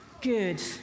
good